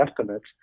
estimates